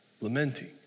lamenting